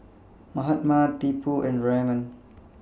Mahatma Tipu and Raman